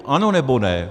Ano, nebo ne?